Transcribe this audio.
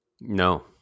No